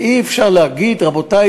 ואי-אפשר להגיד: רבותי,